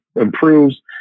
improves